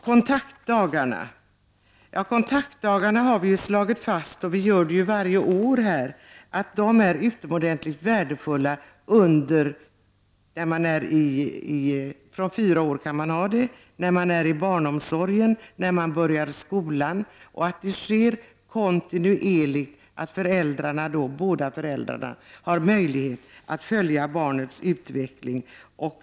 Kontaktdagarna har vi varje år slagit fast är utomordentligt värdefulla. De kan utnyttjas av föräldrar till barn som har fyllt 4 år för besök i barnomsorg och när barnen börjar skolan. Båda föräldrarna bör kontinuerligt ha möjlighet att följa barnens utveckling.